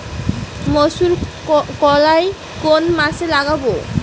মুসুর কলাই কোন মাসে লাগাব?